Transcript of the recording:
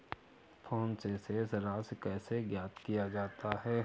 Phone से शेष राशि कैसे ज्ञात किया जाता है?